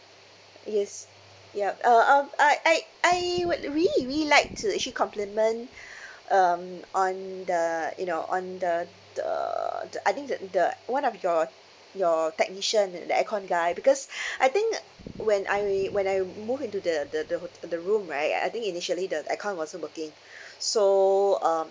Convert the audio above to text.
yes ya uh um I I I would really really like to actually compliment um on the you know on the the the I think the the one of your your technician the the aircon guy because I think ah when I when I moved into the the the hot~ the room right I think initially the aircon wasn't working so um